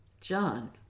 John